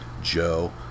Joe